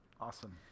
Awesome